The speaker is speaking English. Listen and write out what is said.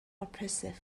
oppressive